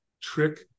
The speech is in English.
trick